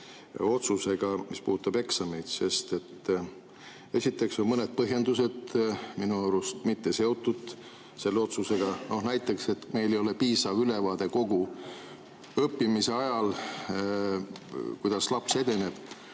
otsusega, mis puudutab eksameid. Esiteks on mõned põhjendused minu arust mitte seotud selle otsusega, no näiteks, et meil ei ole piisavat ülevaadet kogu õppimise ajal, kuidas laps edeneb,